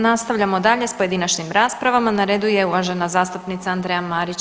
Nastavljamo dalje s pojedinačnim raspravama, na redu je uvažena zastupnica Andreja Marić.